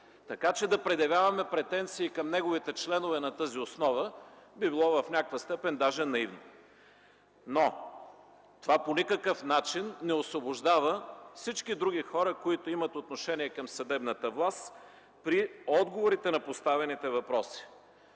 Така че да предявяваме претенции към неговите членове на тази основа би било в някаква степен даже наивно. Но това по никакъв начин не освобождава всички други хора, които имат отношение към съдебната власт, при отговорите на поставените въпроси.